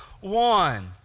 one